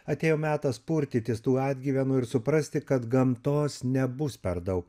atėjo metas purtytis tų atgyvenų ir suprasti kad gamtos nebus per daug